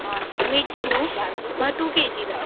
आ mix तीं न्हू म्हाका टू केजी जाय